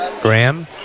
Graham